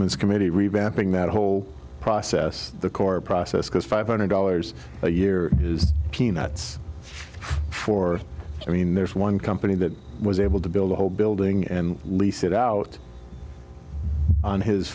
man's committee revamping that whole process the core process because five hundred dollars a year is peanuts for i mean there's one company that was able to build a whole building and lease it out on his